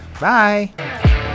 Bye